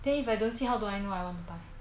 then if I don't see how do I know I want to buy